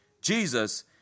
Jesus